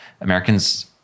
Americans